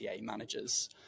managers